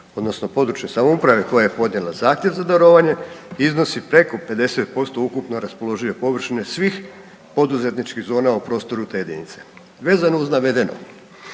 odnosno područne samouprave, koja je podnijela zahtjev za darovanje, iznosi preko 50% ukupno raspoložive površine svih poduzetničkih zona u prostoru te jedinice. Vezano uz navedeno,